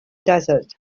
desert